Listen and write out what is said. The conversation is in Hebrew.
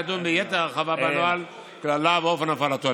ולדון ביתר הרחבה בנוהל ובאופן הפעלתו.